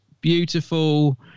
beautiful